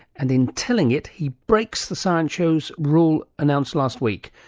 and in telling it, he breaks the science show's rule announced last week,